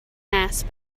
mass